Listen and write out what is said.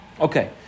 Okay